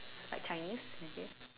like Chinese okay